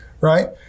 right